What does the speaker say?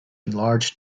enlarged